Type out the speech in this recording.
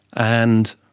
and